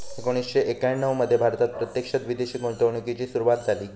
एकोणीसशे एक्याण्णव मध्ये भारतात प्रत्यक्षात विदेशी गुंतवणूकीची सुरूवात झाली